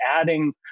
adding